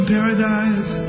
Paradise